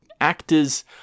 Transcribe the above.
actors